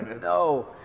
No